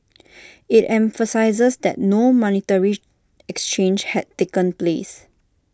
IT emphasised that no monetary exchange had taken place